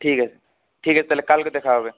ঠিক আছে ঠিক আছে তাহলে কালকে দেখা হবে